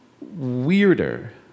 weirder